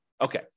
Okay